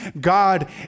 God